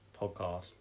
podcast